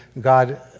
God